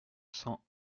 cent